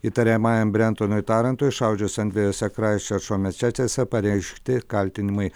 įtariamajam brentonui tarantui šaudžiusiam dviejose kraisčerčo mečetėse pareikšti kaltinimai